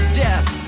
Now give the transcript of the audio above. death